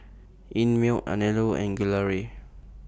Einmilk Anello and Gelare